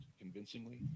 convincingly